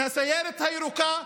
של הסיירת הירוקה,